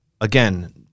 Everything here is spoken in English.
Again